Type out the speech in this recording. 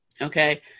Okay